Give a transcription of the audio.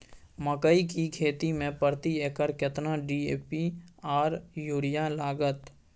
मकई की खेती में प्रति एकर केतना डी.ए.पी आर यूरिया लागत?